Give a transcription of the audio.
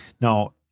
Now